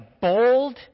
bold